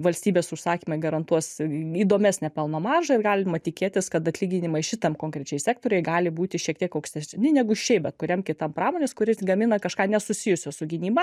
valstybės užsakymai garantuos įdomesnę pelno maržą ir galima tikėtis kad atlyginimai šitam konkrečiai sektoriuje gali būti šiek tiek aukštesni negu šiaip bet kuriam kitam pramonės kuris gamina kažką nesusijusio su gynyba